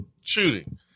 shooting